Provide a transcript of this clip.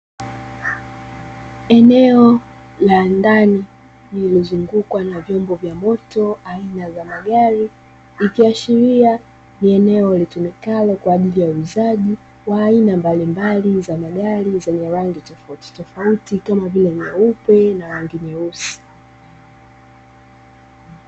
Eneo la ndani lililozungukwa na vyombo vya moto aina za magari ikiashiria ni eneo litumikalo kwa ajili ya uuzaji wa aina mbalimbali za magari zenye rangi tofautitofauti kamavile; nyeupe na rangi nyeusi.